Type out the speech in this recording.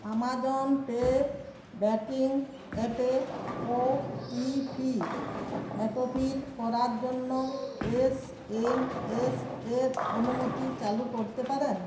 Amazon pay banking অ্যাপে OTP autofill করার জন্য এসএমএস এর অনুমতি চালু করতে পারেন